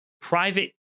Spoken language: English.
private